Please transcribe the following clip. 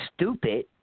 stupid